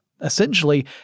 Essentially